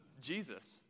Jesus